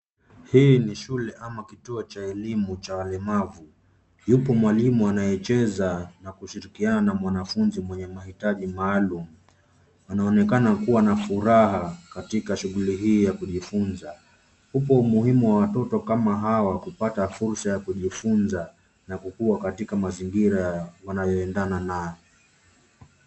Hii ni shule au kituo cha elimu cha walemavu. Yupo mwalimu anayecheza na kushirikiana na mwanafunzi mwenye mahitaji maalum. Anaonekana kuwa na furaha katika shughuli hii ya kujifunza huku umuhimu wa watoto kama hawa kupata fursa ya kujifunza na kukua katika mazingira wanayoendana nayo.